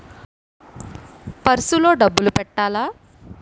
Purse లో డబ్బులు పెట్టలా?